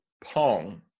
Pong